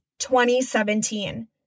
2017